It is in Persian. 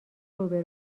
روبه